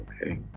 Okay